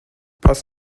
pass